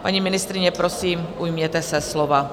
Paní ministryně, prosím, ujměte se slova.